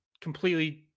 completely